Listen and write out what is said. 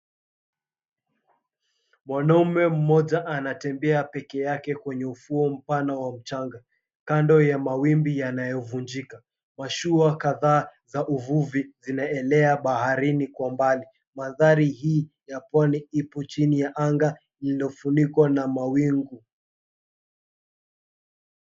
Mwanaume mmoja anatembea peke yake kwenye ufuo mpana wa mchanga, kando ya mawimbi yanayovunjika. Mashua kadhaa za uvuvi zinaelea baharini kwa mbali. Mandhari hii ya pwani ipo chini ya anga lililofunikwa na mawingu.